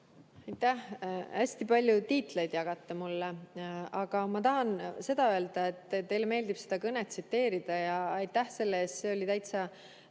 Aitäh! Hästi palju tiitleid jagate mulle. Aga ma tahan öelda, et teile meeldib seda kõnet tsiteerida ja aitäh selle eest. See oli täitsa